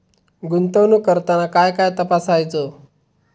गुंतवणूक करताना काय काय तपासायच?